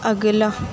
اگلا